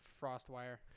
FrostWire